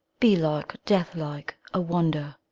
bee-like, death-like, a wonder.